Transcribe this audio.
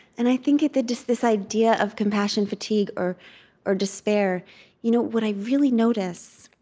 and i think that this this idea of compassion fatigue or or despair you know what i really notice